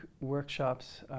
workshops